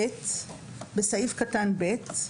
(ב)בסעיף קטן (ב),